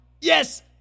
Yes